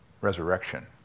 resurrection